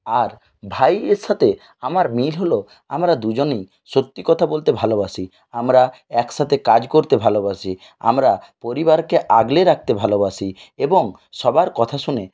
আর ভাইয়ের সাথে আমার মিল হল আমরা দুজনেই সত্যি কথা বলতে ভালোবাসি আমরা একসাথে কাজ করতে ভালোবাসি আমরা পরিবারকে আগলে রাখতে ভালোবাসি এবং সবার কথা শুনে